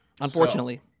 Unfortunately